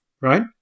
right